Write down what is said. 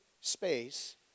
space